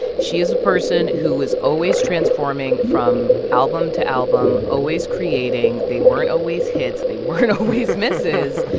she is a person who was always transforming, from album to album, always creating. they weren't always hits. they weren't always misses.